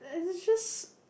as it's just